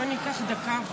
גלעד קריב,